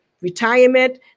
retirement